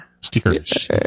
Stickers